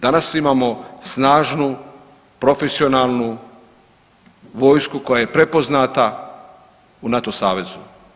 Danas imamo snažnu, profesionalnu vojsku koja je prepoznata u NATO savezu.